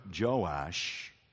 Joash